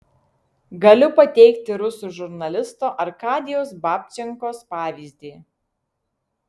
galiu pateikti rusų žurnalisto arkadijaus babčenkos pavyzdį